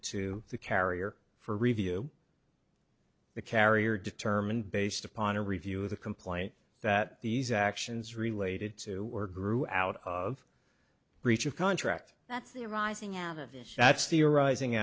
to the carrier for review the carrier determined based upon a review of the complaint that these actions related to or grew out of breach of contract that's the arising